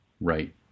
Right